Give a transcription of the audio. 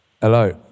Hello